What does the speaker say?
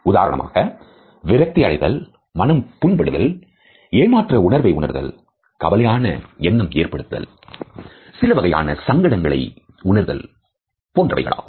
உதாரணமாக விரக்தி அடைதல் மனம் புண்படும் ஏமாற்ற உணர்வை உணர்தல் கவலையான எண்ணம் ஏற்படுத்துதல் சிலவகையான சங்கடங்களை உணர்தல் போன்றவைகளாகும்